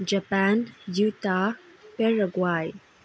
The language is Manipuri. ꯖꯄꯥꯟ ꯌꯨꯇꯥ ꯄꯦꯔꯒ꯭ꯋꯥꯏꯠ